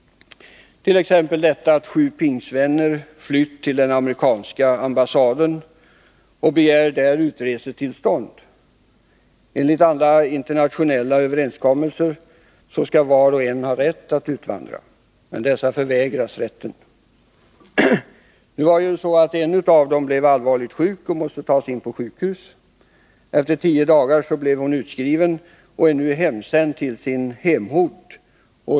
Det gäller t.ex. uppgiften att sju pingstvänner flytt till den amerikanska ambassaden och där begärt utresetillstånd. Enligt alla internationella överenskommelser skall var och en ha rätt att utvandra, men dessa förvägras rätten. En av dem blev allvarligt sjuk och måste tas in på sjukhus. Efter tio dagar blev hon utskriven och är nu återsänd till sin hemort.